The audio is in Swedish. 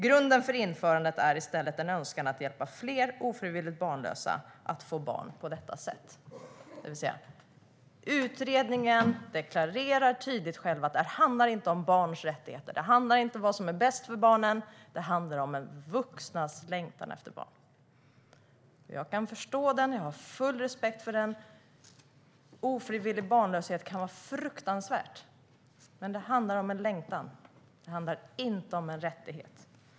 Grunden för införandet är i stället en önskan att hjälpa fler ofrivilligt barnlösa att få barn på detta sätt." Utredningen deklarerar alltså tydligt att det inte handlar om barns rättigheter eller om vad som är bäst för barnen utan om vuxnas längtan efter barn. Jag kan förstå den, jag har full respekt för den - ofrivillig barnlöshet kan vara fruktansvärt - men det handlar om en längtan, inte en rättighet.